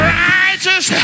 righteous